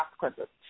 consequences